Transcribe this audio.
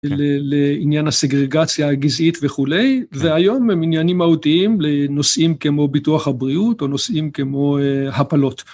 לעניין הסגרגציה הגזעית וכולי, והיום הם עניינים מהותיים לנושאים כמו ביטוח הבריאות או נושאים כמו הפלות.